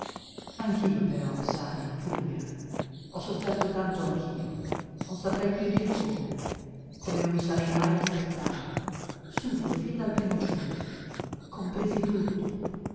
anch'io però sai fulvia ho sofferto tanto anch'io non saprei più dir come come non mi sarei mai aspettato subito fin dal primo giorno compresi tutto